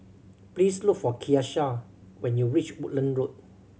please look for Keshia when you reach Woodlands Road